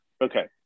okay